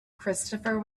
christopher